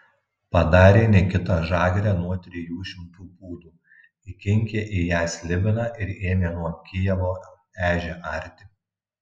padarė nikita žagrę nuo trijų šimtų pūdų įkinkė į ją slibiną ir ėmė nuo kijevo ežią arti